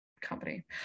company